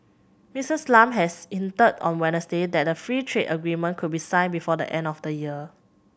Missis Lam has hinted on Wednesday that the free trade agreement could be signed before the end of the year